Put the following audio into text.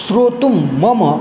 श्रोतुं मम